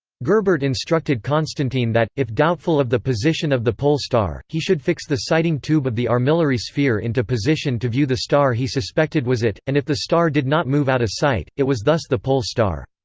gerbert instructed constantine that, if doubtful of the position of the pole star, he should fix the sighting tube of the armillary sphere into position to view the star he suspected was it, and if the star did not move out of sight, it was thus the pole star.